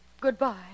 Goodbye